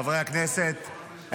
חברי הכנסת,